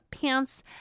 pants